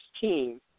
team